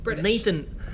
Nathan